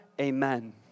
Amen